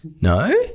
No